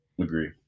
Agree